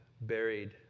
buried